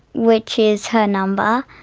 which is her number.